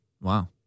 Wow